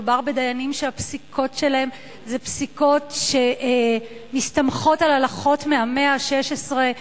מדובר בדיינים שהפסיקות שלהם הן פסיקות שמסתמכות על הלכות מהמאה ה-16,